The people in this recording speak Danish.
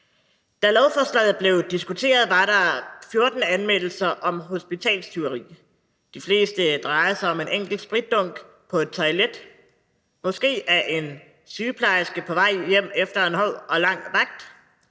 Da lovforslaget blev diskuteret, var der 14 anmeldelser om hospitalstyveri. De fleste drejede sig om en enkelt spritdunk på et toilet – måske af en sygeplejerske på vej hjem efter en hård og lang vagt.